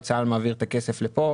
וצה"ל מעביר את הכסף לפה.